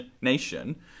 nation